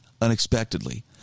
unexpectedly